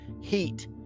heat